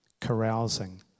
carousing